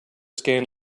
scan